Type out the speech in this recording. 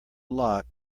lock